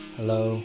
Hello